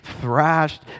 thrashed